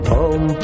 om